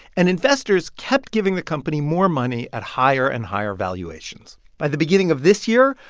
and investors kept giving the company more money at higher and higher valuations by the beginning of this year,